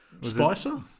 Spicer